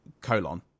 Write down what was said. colon